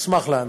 אשמח לענות.